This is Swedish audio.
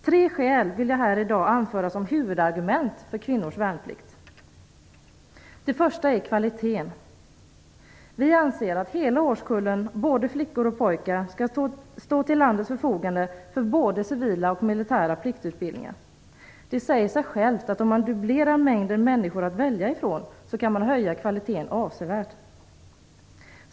Tre skäl vill jag anföra som huvudargument för kvinnors värnplikt. Det första skälet är kvaliteten. Vi anser att hela årskullen, både flickor och pojkar, skall stå till landets förfogande för både civila och militära pliktutbildningar. Det säger sig självt att om man dubblerar mängden människor att välja från, kan man höja kvaliteten avsevärt.